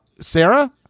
Sarah